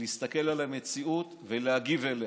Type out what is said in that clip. להסתכל על המציאות ולהגיב אליה.